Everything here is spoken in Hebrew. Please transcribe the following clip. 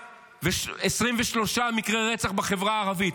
123 מקרי רצח בחברה הערבית.